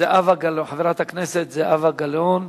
חברת הכנסת זהבה גלאון,